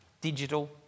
digital